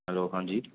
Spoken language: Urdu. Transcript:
ہلو ہاں جی